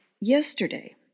yesterday